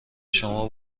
شما